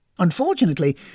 Unfortunately